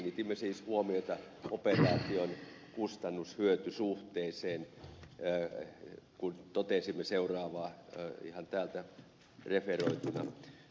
kiinnitimme siis huomiota operaation kustannushyöty suhteeseen kun totesimme seuraavaa ihan täältä referoituna